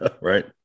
Right